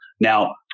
Now